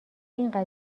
اینقدر